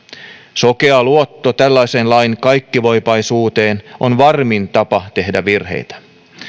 sokea luotto tällaisen lain kaikkivoipaisuuteen on varmin tapa tehdä virheitä